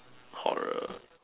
horror